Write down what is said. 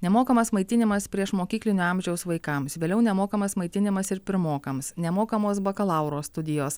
nemokamas maitinimas priešmokyklinio amžiaus vaikams vėliau nemokamas maitinimas ir pirmokams nemokamos bakalauro studijos